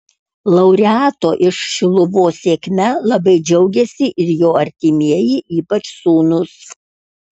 laureato iš šiluvos sėkme labai džiaugėsi ir jo artimieji ypač sūnūs